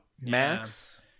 Max